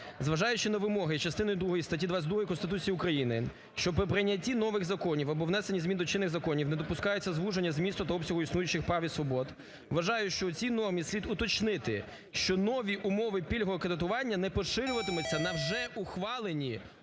Зважаючи на вимоги частини другої статті 22 Конституції України, що при прийнятті нових законів або внесенні змін до чинних законів не допускається звуження змісту та обсягу існуючих прав і свобод, вважаю, що у цій нормі слід уточнити, що нові умови пільгового кредитування не поширюватимуться на вже ухвалені